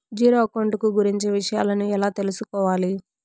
Zero account కు గురించి విషయాలను ఎలా తెలుసుకోవాలి?